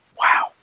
wow